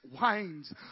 wines